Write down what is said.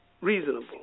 reasonable